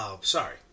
Sorry